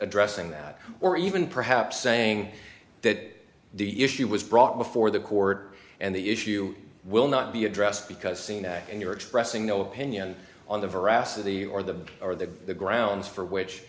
addressing that or even perhaps saying that the issue was brought before the court and the issue will not be addressed because ciena and you're expressing no opinion on the veracity or the or the the grounds for which